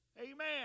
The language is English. Amen